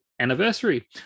anniversary